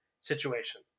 situation